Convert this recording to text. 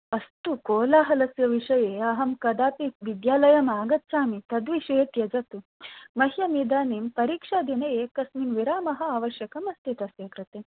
अस्तु कोलाहलस्य विषये अहं कदाचित् विद्यालयम् आगच्छामि तद्विषये त्यजतु मह्यम् इदानीं परीक्षादिने एकस्मिन् विरामः आवश्यकमस्ति तस्य कृते